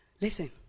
Listen